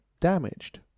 damaged